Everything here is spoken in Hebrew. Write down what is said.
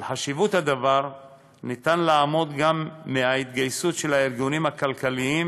על חשיבות הדבר ניתן לעמוד גם מההתגייסות של הארגונים הכלכליים,